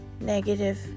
negative